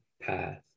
path